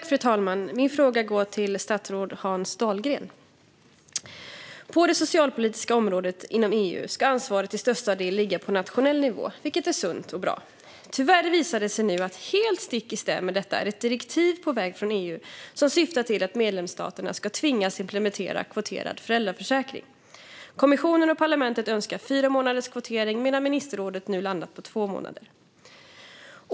Fru talman! Min fråga går till statsrådet Hans Dahlgren. På det socialpolitiska området ska ansvaret inom EU till största del ligga på nationell nivå, vilket är sunt och bra. Tyvärr visar det sig nu, stick i stäv med detta, att ett direktiv som syftar till att medlemsstaterna ska tvingas implementera kvoterad föräldraförsäkring är på väg från EU. Kommissionen och parlamentet önskar fyra månaders kvotering medan ministerrådet nu har landat på två månader.